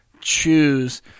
choose